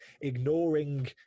ignoring